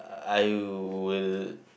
I will